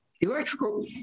Electrical